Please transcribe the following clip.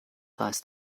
heißt